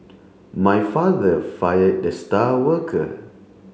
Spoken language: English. my father fired the star worker